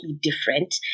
different